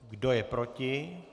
Kdo je proti?